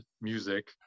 music